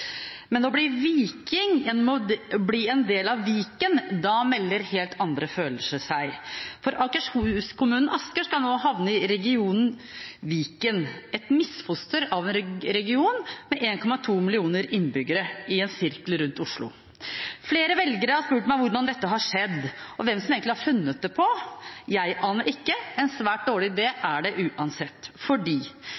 Men med tanke på å bli viking, gjennom å bli en del av Viken, da melder helt andre følelser seg. For Akershus-kommunen Asker skal nå havne i regionen Viken, et misfoster av en region, med 1,2 millioner innbyggere i en sirkel rundt Oslo. Flere velgere har spurt meg hvordan dette har skjedd, og hvem som egentlig har funnet på det. Jeg aner ikke. En svært dårlig